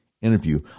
interview